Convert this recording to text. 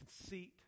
conceit